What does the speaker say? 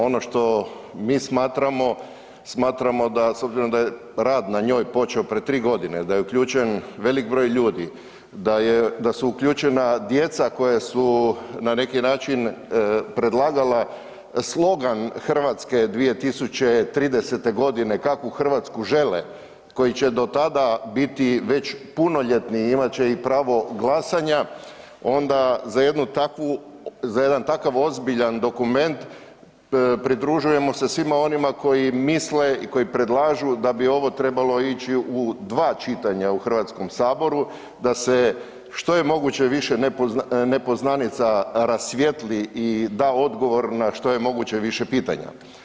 Ono što mi smatramo, smatramo da s obzirom da je rad na njoj počeo prije 3 godine, da je uključen veliki broj ljudi, da su uključena djeca koja su na neki način predlagala slogan Hrvatske 2030. godine kakvu Hrvatsku žele koji će do tada biti već punoljetni imat će i pravo glasanja, onda za jednu takvu, za jedan takav ozbiljan dokument pridružujemo se svima onima koji misle i koji predlažu da bi ovo trebalo ići u dva čitanja u Hrvatskom saboru, da se što je moguće više nepoznanica rasvijetli i da odgovor na što je moguće više pitanja.